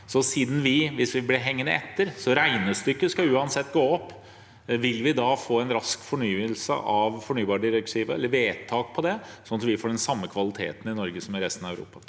nye regler. Hvis vi blir hengende etter – regnestykket skal uansett gå opp – vil vi da få en rask fornyelse av fornybardirektivet eller vedtak om det, sånn at vi får den samme kvaliteten i Norge som i resten av Europa?